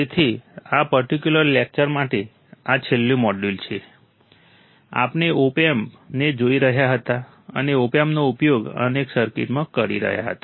તેથી આ particular lecture માટે આ છેલ્લું મોડ્યુલ છે આપણે ઓપએમ્પ ને જોઈ રહ્યા હતા અને ઓપએમ્પનો ઉપયોગ અનેક સર્કિટમાં કરી રહ્યા હતા